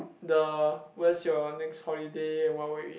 the where's your next holiday and what will you eat